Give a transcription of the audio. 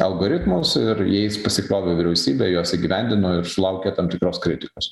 algoritmus ir jais pasikliovė vyriausybė juos įgyvendino ir sulaukė tam tikros kritikos